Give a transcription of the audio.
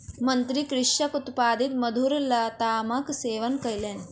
मंत्री कृषकक उत्पादित मधुर लतामक सेवन कयलैन